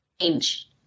change